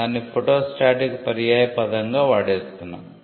దాన్ని ఫోటోస్టాట్ కు పర్యాయపదంగా వాడేస్తున్నాం